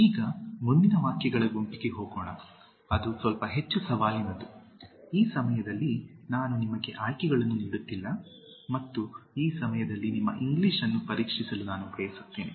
ಈಗ ಮುಂದಿನ ವಾಕ್ಯಗಳ ಗುಂಪಿಗೆ ಹೋಗೋಣ ಅದು ಸ್ವಲ್ಪ ಹೆಚ್ಚು ಸವಾಲಿನದು ಈ ಸಮಯದಲ್ಲಿ ನಾನು ನಿಮಗೆ ಆಯ್ಕೆಗಳನ್ನು ನೀಡುತ್ತಿಲ್ಲ ಮತ್ತು ಈ ಸಮಯದಲ್ಲಿ ನಿಮ್ಮ ಇಂಗ್ಲಿಷ್ ಅನ್ನು ಪರೀಕ್ಷಿಸಲು ನಾನು ಬಯಸುತ್ತೇನೆ